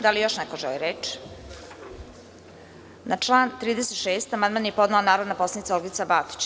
Da li još neko želi reč? (Ne.) Na član 36. amandman je podnela narodna poslanica Olgica Batić.